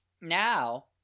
now